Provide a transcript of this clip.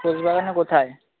ঘোষ বাগানের কোথায়